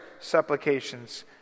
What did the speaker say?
supplications